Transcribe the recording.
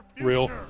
Real